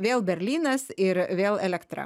vėl berlynas ir vėl elektra